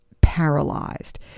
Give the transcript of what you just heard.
paralyzed